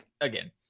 again